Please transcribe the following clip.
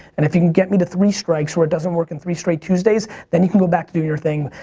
and if you can get me to three strikes where it doesn't work in three straight tuesdays then you can go back to doing your thing,